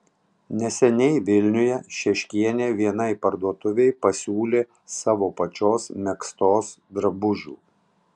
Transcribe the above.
neseniai vilniuje šeškienė vienai parduotuvei pasiūlė savo pačios megztos drabužių